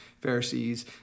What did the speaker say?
Pharisees